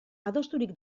adosturik